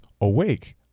awake